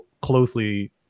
closely